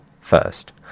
first